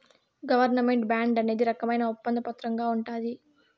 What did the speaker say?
government bond అనేది రకమైన ఒప్పంద పత్రంగా ఉంటది